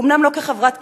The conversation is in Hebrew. אומנם לא כחברת קיבוץ,